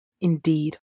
Indeed